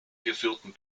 geführten